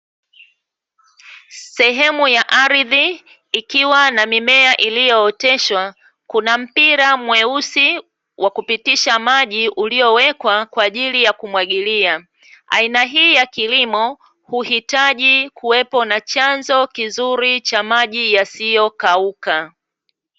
Sehemu ya ardhi, ikiwa na mimea iliyooteshwa kuna mpira mweusi wa kupitisha maji, uliowekwa kwa ajili ya kumwagilia. Aina hii ya kilimo, uhitaji kuwepo na chanzo kizuri cha maji yasiyo kauka.